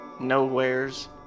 nowheres